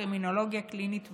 קרימינולוגיה קלינית ועוד.